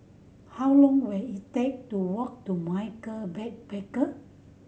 how long will it take to walk to Michael Backpacker